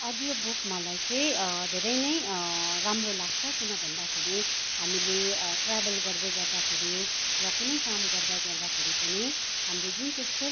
audio book मलाई चाहिँ धेरै नै राम्रो लाग्छ किन भन्दाखेरि हामीले ट्रयाभल गर्दै गर्दाखेरि या कुनै काम गर्दा गर्दाखेरि पनि हाम्रो जुन चाहिँ सेल्फ